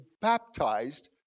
baptized